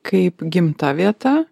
kaip gimta vieta